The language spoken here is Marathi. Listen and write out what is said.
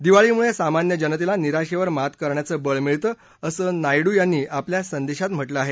दिवाळीमुळे सामान्य जनतेला निराशेवर मात करण्याचं बळ मिळतं असं नायडू यांनी आपल्या संदेशात म्हटलं आहे